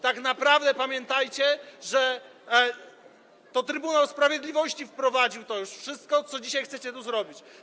Tak naprawdę pamiętajcie, że Trybunał Sprawiedliwości wprowadził już to wszystko, co dzisiaj chcecie tu zrobić.